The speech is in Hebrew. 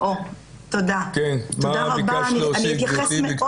תודה רבה, אני אתייחס מאוד